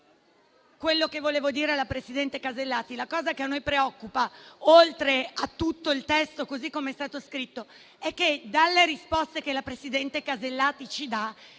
quello che volevo dire alla ministra Casellati è che la cosa che a noi preoccupa, oltre a tutto il testo così come è stato scritto, è che dalle risposte che la presidente Casellati ci dà